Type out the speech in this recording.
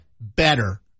Better